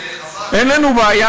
אין לנו בעיה.